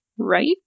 right